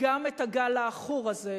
גם את הגל העכור הזה,